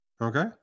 Okay